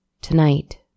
Tonight